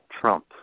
Trump